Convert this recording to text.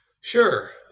sure